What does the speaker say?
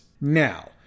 now